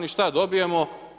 I šta dobijemo?